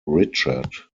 richard